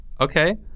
Okay